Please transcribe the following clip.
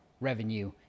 revenue